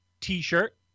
t-shirt